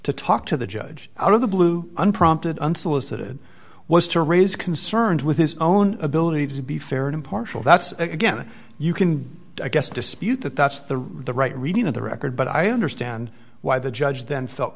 to talk to the judge out of the blue unprompted unsolicited was to raise concerns with his own ability to be fair and impartial that's again you can i guess dispute that that's the right reading of the record but i understand why the judge then felt